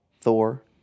Thor